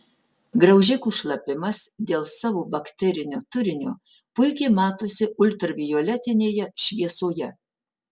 graužikų šlapimas dėl savo bakterinio turinio puikiai matosi ultravioletinėje šviesoje